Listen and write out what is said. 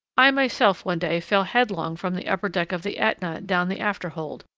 i myself one day fell headlong from the upper-deck of the aetna down the after-hold,